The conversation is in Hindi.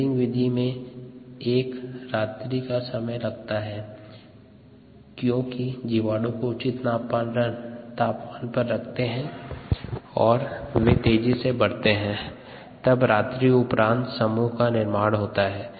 प्लेटिंग विधि में एक रात्रि का समय लगता है क्यूंकि जीवाणु को उचित तापमान पर रखते है और वे तेजी से बढ़ते हैं तब रात्रि उपरांत समूह निर्माण होता है